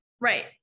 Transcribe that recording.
right